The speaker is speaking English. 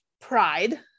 pride